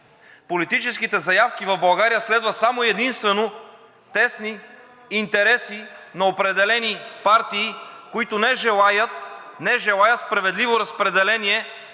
Политическите заявки в България следват само и единствено тесни интереси на определени партии, които не желаят справедливо разпределение